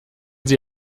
sie